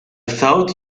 thought